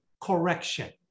correction